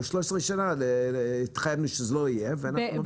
13 שנה שהתחייבנו שזה לא יהיה ואנחנו ממשיכים.